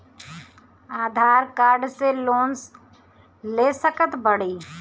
आधार card से loan ले सकत बणी?